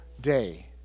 day